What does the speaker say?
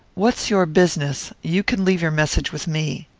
what's your business? you can leave your message with me.